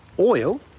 Oil